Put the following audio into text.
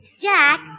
Jack